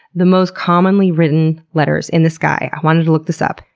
the most commonly written letters in the sky, i wanted to look this up,